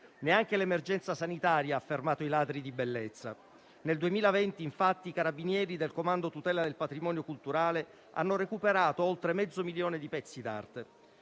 Neanche l'emergenza sanitaria ha fermato i ladri di bellezza. Nel 2020, infatti, i Carabinieri del Comando per la tutela del patrimonio culturale hanno recuperato oltre mezzo milione di pezzi d'arte.